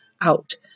out